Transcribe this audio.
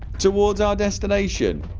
towards our destination